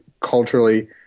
culturally